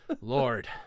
Lord